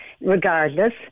regardless